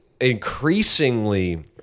increasingly